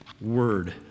word